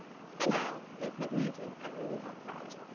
spinel is magnesium aluminium oxide,